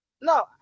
no